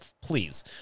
please